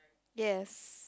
yes